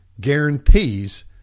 guarantees